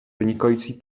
vynikající